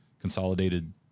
consolidated